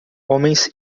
homens